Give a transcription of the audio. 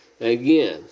Again